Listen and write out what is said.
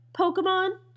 Pokemon